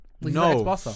No